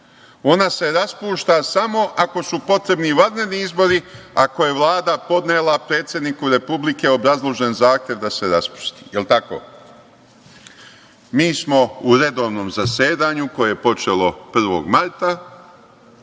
ona se raspušta samo ako su potrebni vanredni izbori, ako je Vlada podnela predsedniku Republike obrazložen zahtev da se raspusti, jel tako? Mi smo u redovnom zasedanju koje je počelo 1. marta,